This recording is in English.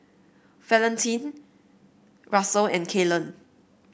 Valentine Russel and Kaylen